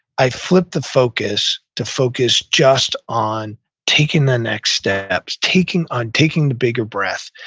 i flipped the focus to focus just on taking the next steps, taking on, taking the bigger breath,